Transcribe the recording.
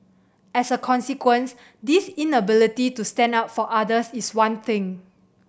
as a consequence this inability to stand up for others is one thing